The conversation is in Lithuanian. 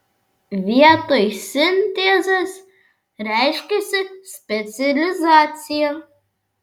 vietoj sintezės reiškiasi specializacija